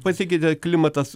pasikeitė klimatas